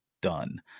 done